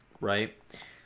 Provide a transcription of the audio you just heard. right